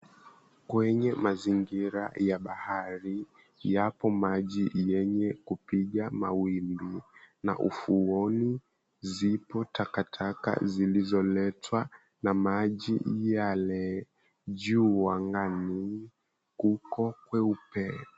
Kwenye mazingira ya bahari, yapo maji yenye kupiga mawimbi na ufuoni zipo takataka zilizoletwa na maji yale. Juu angani kuko kweupe.